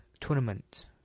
tournament